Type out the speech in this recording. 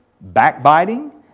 backbiting